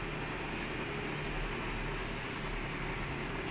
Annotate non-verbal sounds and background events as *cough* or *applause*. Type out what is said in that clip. but I told you right the kawanis goofey lah *laughs*